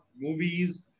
movies